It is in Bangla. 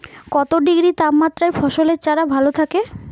কত ডিগ্রি তাপমাত্রায় ফসলের চারা ভালো থাকে?